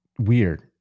weird